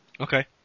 Okay